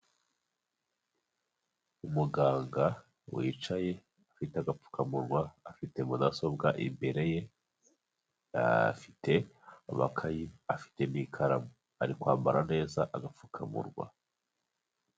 Umuganga wicaye ufite agapfukamunwa afite mudasobwa imbere ye, afite amakayi, afite n'ikaramu. Ari kwambara neza agapfukamurwa.